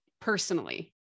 personally